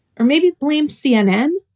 or maybe blame cnn.